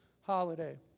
holiday